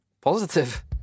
positive